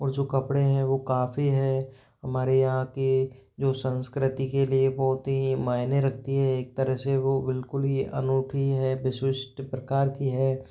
और जो कपड़े हैं वो काफ़ी है हमारे यहाँ के जो संस्कृति के लिए बहुत ही मायने रखती है एक तरह से वो बिल्कुल ही अनूठी है विशिष्ट प्रकार की है